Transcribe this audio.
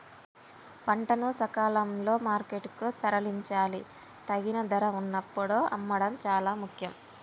పంటను సకాలంలో మార్కెట్ కు తరలించాలి, తగిన ధర వున్నప్పుడు అమ్మడం చాలా ముఖ్యం